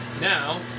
Now